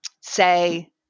say